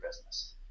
business